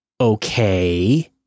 Okay